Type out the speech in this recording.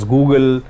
Google